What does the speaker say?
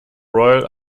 royal